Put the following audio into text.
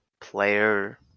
player